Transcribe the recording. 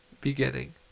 beginning